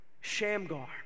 Shamgar